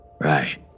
right